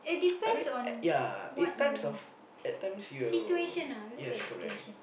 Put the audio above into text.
I mean at ya in times of at times you yes correct